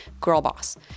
Girlboss